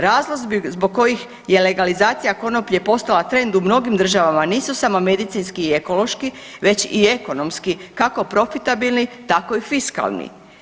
Razlog zbog kojih je legalizacija konoplje postala trend u mnogim državama nisu samo medicinski i ekološki već i ekonomski, kako profitabilni tako i fiskalni.